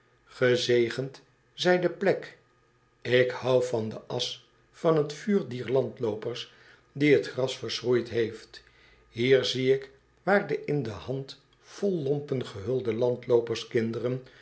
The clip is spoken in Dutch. gezegend zij de plek ik hou van de asch van t vuur dier landloopers die t gras verschroeid heeft hier zie ik waar de in een handvol lompen gehulde landloopers kinderen